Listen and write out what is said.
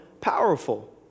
powerful